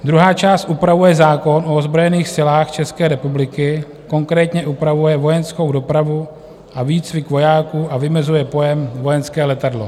Druhá část upravuje zákon o ozbrojených silách České republiky, konkrétně upravuje vojenskou dopravu a výcvik vojáků a vymezuje pojem vojenské letadlo.